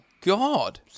God